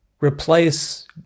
replace